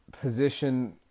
position